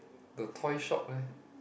the toy shop leh